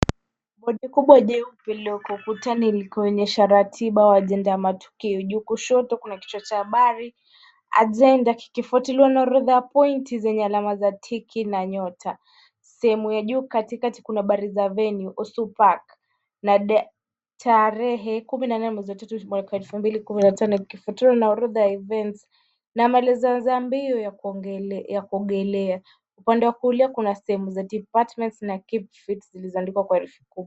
Bodi kubwa juu lililo kwa ukuta lina ratiba ya ajenda na matukio juu ya, kushoto kwenye kichwa cha habari ajenda kikifuatiliwa orodha ya pointi zenye alama za tiki, na nyota. Sehemu ya juu katikati kuna baraza venye uso upaka, na tarehe 18 Septemba 2018